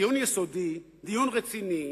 דיון יסודי, דיון רציני,